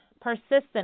persistent